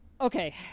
Okay